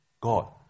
God